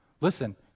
listen